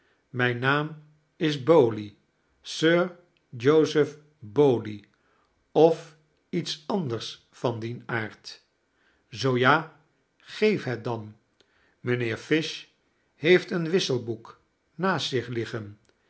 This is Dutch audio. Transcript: mijn naam is bowley sir joseph bowley of jets anders van dien aard zoo ja geef het dan mijnheer fish heeft een wisselboek naast zich liggen